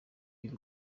y’u